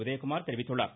உதயகுமார் தெரிவித்துள்ளார்